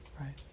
right